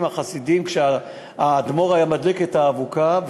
עליהן כשהאדמו"ר היה מדליק את האבוקה.